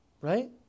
right